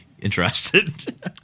interested